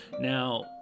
now